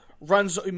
runs